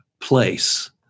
place